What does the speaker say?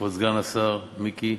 כבוד סגן השר מיקי,